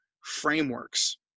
frameworks